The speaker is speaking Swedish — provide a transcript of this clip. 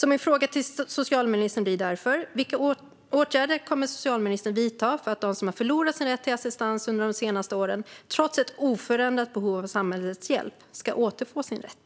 Min fråga till socialministern blir därför: Vilka åtgärder kommer socialministern att vidta för att de som har förlorat sin rätt till assistans under de senaste åren trots ett oförändrat behov av samhällets hjälp ska återfå sin rätt?